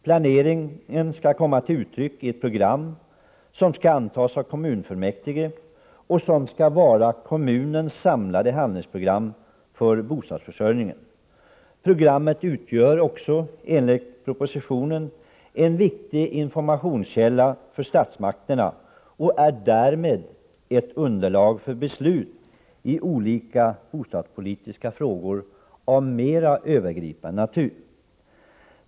Planeringen skall komma till uttryck i ett program, som skall antas av kommunfullmäktige och som skall vara kommunens samlade handlingsprogram för bostadsförsörj ningen. Programmet utgör också enligt propositionen en viktig inforr = ionskälla för statsmakterna och är därmed ett underlag för beslut i olika bostadspolitiska frågor av mer övergripande natur.